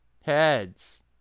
heads